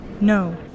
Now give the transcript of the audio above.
No